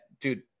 dude